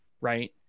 right